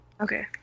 Okay